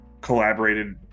collaborated